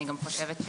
ואני חושבת,